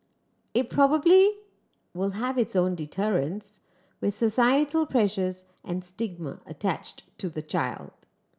it probably will have its own deterrents with societal pressures and stigma attached to the child